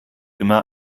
immer